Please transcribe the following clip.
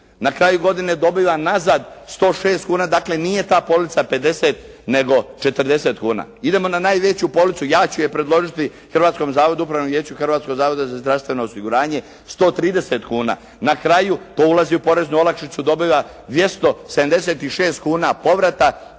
na kraju godine dobiva nazad 106 kuna, dakle nije ta polica 50 nego 40 kuna. Idemo na najveću policu, ja ću je predložiti hrvatskom zavodu, Upravnom vijeću Hrvatskog zavoda za zdravstveno osiguranje, 130 kuna. Na kraju, to ulazi u poreznu olakšicu, dobiva 276 kuna povrata,